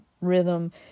rhythm